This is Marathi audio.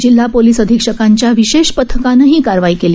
जिल्हा पोलिस अधीक्षकांच्या विषेश पथकानं ही कारवाई केली